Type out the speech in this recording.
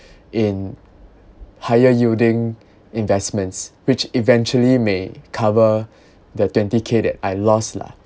in higher yielding investments which eventually may cover the twenty K that I lost lah